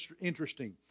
interesting